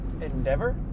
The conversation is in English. endeavor